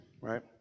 right